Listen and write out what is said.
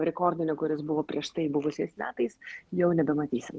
rekordinio kuris buvo prieš tai buvusiais metais jau nebematysim